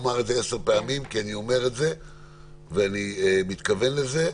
לומר את זה עשר פעמים כי אני מתכוון לזה.